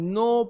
no